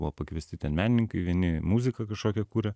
buvo pakviesti ten menininkai vieni muziką kažkokią kuria